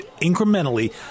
incrementally